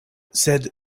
sed